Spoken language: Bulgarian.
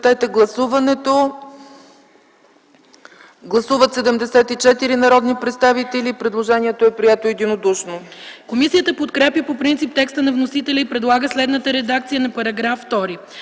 Комисията подкрепя по принцип текста на вносителя и предлага следната редакция на чл.